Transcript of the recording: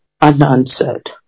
unanswered